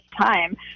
time